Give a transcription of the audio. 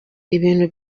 ibintu